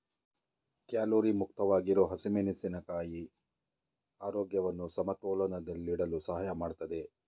calorie ಮುಕ್ತವಾಗಿರೋ ಹಸಿಮೆಣಸಿನ ಕಾಯಿ ಆರೋಗ್ಯವನ್ನು ಸಮತೋಲನದಲ್ಲಿಡಲು ಸಹಾಯ ಮಾಡ್ತದೆ